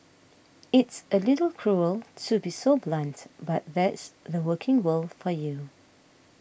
it's a little cruel to be so blunt but that's the working world for you